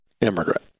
immigrant